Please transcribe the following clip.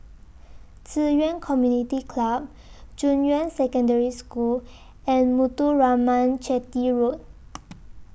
Ci Yuan Community Club Junyuan Secondary School and Muthuraman Chetty Road